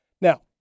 Now